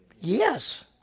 Yes